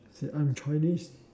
see I'm Chinese